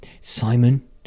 Simon